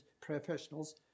professionals